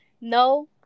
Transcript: No